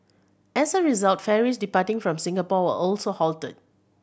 as a result ferries departing from Singapore were also halted